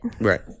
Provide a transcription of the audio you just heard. Right